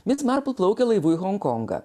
mis marpl plaukia laivu į honkongą